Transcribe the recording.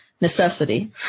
necessity